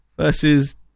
Versus